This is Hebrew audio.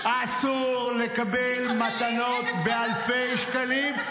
אסור לקבל מתנות באלפי שקלים.